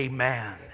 AMEN